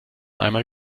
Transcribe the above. einmal